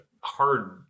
hard